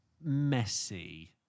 messy